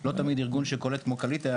לא תמיד ארגון שקולט כמו Qualita,